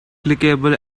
clickable